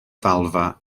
ddalfa